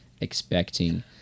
expecting